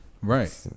right